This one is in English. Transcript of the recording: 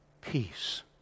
peace